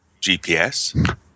GPS